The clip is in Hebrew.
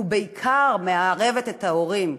ובעיקר מערבת את ההורים,